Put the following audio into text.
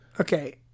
Okay